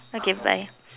okay bye